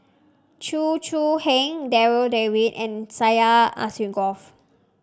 Chew Choo Keng Darryl David and Syed Alsagoff